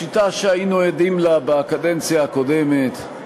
השיטה שהיינו עדים לה בקדנציה הקודמת,